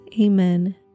Amen